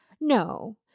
No